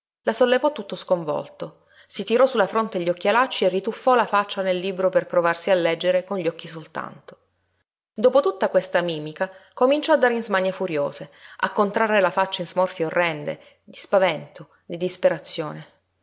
la sollevò tutto sconvolto si tirò sulla fronte gli occhialacci e rituffò la faccia nel libro per provarsi a leggere con gli occhi soltanto dopo tutta questa mimica cominciò a dare in smanie furiose a contrarre la faccia in smorfie orrende di spavento di disperazione